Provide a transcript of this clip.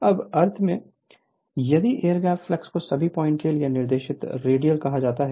उस अर्थ में यदि एयर गैप फ्लक्स को सभी पॉइंट्स के लिए निर्देशित रेडियल कहा जाता है